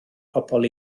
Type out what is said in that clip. pobl